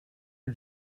new